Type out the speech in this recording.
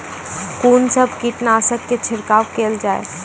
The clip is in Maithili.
कून सब कीटनासक के छिड़काव केल जाय?